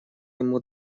ему